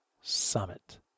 Summit